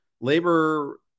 labor